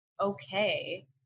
okay